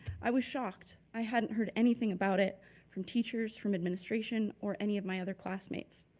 i was shocked, i hadn't heard anything about it from teachers, from administration or any of my other classmates.